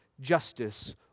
justice